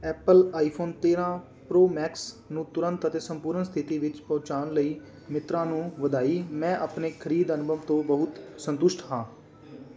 Apple iPhone ਤੇਰ੍ਹਾਂ pro max ਨੂੰ ਤੁਰੰਤ ਅਤੇ ਸੰਪੂਰਨ ਸਥਿਤੀ ਵਿੱਚ ਪਹੁੰਚਾਉਣ ਲਈ ਮਿੰਤਰਾ ਨੂੰ ਵਧਾਈ ਮੈਂ ਆਪਣੇ ਖਰੀਦ ਅਨੁਭਵ ਤੋਂ ਬਹੁਤ ਸੰਤੁਸ਼ਟ ਹਾਂ